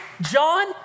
John